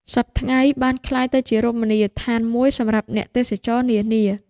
សព្វថ្ងៃ បានក្លាយទៅជារមណីយដ្ឋានមួយសម្រាប់អ្នកទេសចរនានា